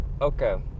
Okay